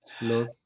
No